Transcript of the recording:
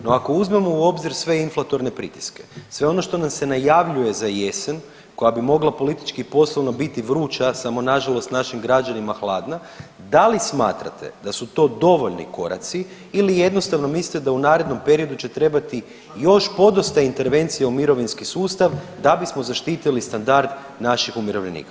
No ako uzmemo u obzir sve inflatorne pritiske, sve on što nam se najavljuje za jesen koja bi mogla politički i poslovno biti vruća, samo na žalost našim građanima hladna da li smatrate da su to dovoljni koraci ili jednostavno mislite da u narednom periodu će trebati još podosta intervencija u mirovinski sustav da bismo zaštitili standard naših umirovljenika.